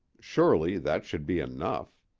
surely, that should be enough.